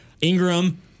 Ingram